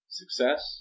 success